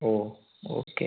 ഓഹ് okay